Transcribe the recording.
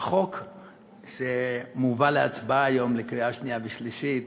החוק שמובא היום להצבעה בקריאה שנייה ושלישית